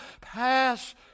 pass